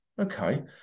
Okay